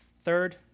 Third